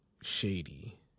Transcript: Shady